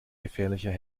gefährlicher